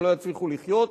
הם לא יצליחו לחיות,